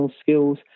skills